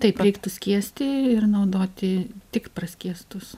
taip reiktų skiesti ir naudoti tik praskiestus